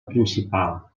principal